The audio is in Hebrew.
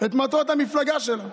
את מטרות המפלגה שלה.